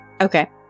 Okay